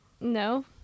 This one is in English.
No